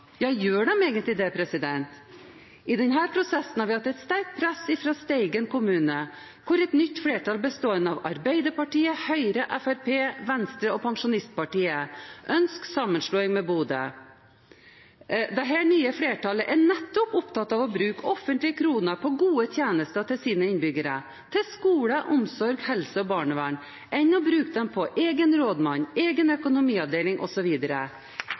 Ja, gjør de egentlig det? I denne prosessen har vi hatt et sterkt press fra Steigen kommune, hvor et nytt flertall bestående av Arbeiderpartiet, Høyre, Fremskrittspartiet, Venstre og Pensjonistpartiet ønsker sammenslåing med Bodø. Dette nye flertallet er nettopp mer opptatt av å bruke offentlige kroner på gode tjenester til sine innbyggere, til skole, omsorg, helse og barnevern, enn å bruke dem på egen rådmann, egen økonomiavdeling